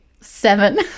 seven